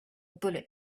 bullet